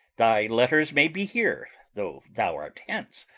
thy letters may be here, though thou art hence,